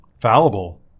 fallible